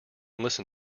listen